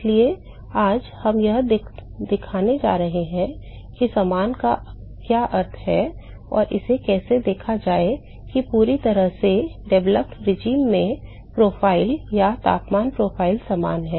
इसलिए आज हम यह दिखाने जा रहे हैं कि समान का क्या अर्थ है और इसे कैसे देखा जाए कि पूरी तरह से विकसित शासन में प्रोफाइल या तापमान प्रोफ़ाइल समान है